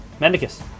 Mendicus